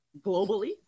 globally